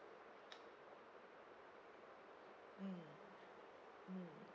mm mm